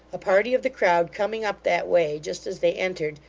a party of the crowd coming up that way, just as they entered,